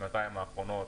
בשלוש השנים האחרונות,